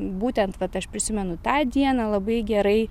būtent vat aš prisimenu tą dieną labai gerai